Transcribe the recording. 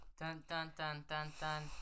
Dun-dun-dun-dun-dun